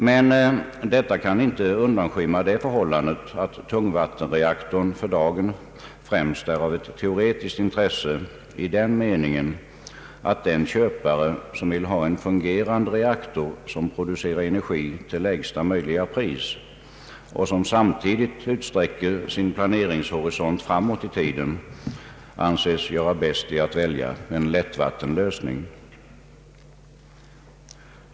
Men detta kan dock inte undanskymma det förhållandet att tungvattenreaktorn för dagen främst är av teoretiskt intresse i den meningen att den köpare som vill ha en fungerande reaktor som producerar energi till lägsta möjliga pris och som samtidigt utsträcker sin planeringshorisont framåt i tiden, anses göra bäst i att välja en lättvattenlösning.